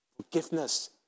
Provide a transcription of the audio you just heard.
forgiveness